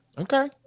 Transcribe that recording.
Okay